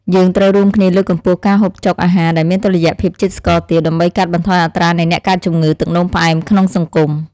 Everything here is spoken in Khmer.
យើងត្រូវរួមគ្នាលើកកម្ពស់ការហូបចុកអាហារដែលមានតុល្យភាពជាតិស្ករទាប ដើម្បីកាត់បន្ថយអត្រានៃអ្នកកើតជំងឺទឹកនោមផ្អែមក្នុងសង្គម។